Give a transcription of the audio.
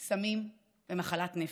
"סמים" ו"מחלת נפש".